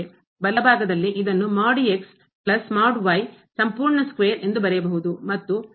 ಬಲಭಾಗದಲ್ಲಿ ಇದನ್ನು ಪ್ಲಸ್ ಸಂಪೂರ್ಣ ಸ್ಕ್ವೇರ್ ಚದರ ಎಂದು ಬರೆಯಬಹುದು ಮತ್ತು ಎಡಭಾಗದಲ್ಲಿ